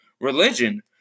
religion